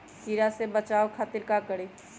कीरा से बचाओ खातिर का करी?